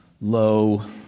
low